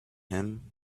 him